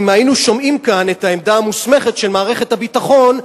אם היינו שומעים כאן את העמדה המוסמכת של מערכת הביטחון,